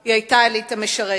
היא היתה אליטה משרתת.